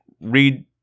read